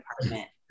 department